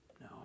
No